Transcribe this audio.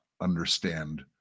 understand